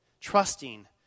trusting